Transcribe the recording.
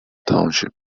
township